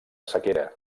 sequera